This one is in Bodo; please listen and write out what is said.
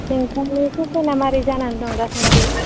खफ'ना मारै जानानै दं दासानदि